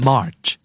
March